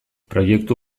proiektu